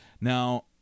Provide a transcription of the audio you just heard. Now